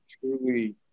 Truly